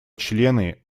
члены